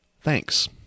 Thanks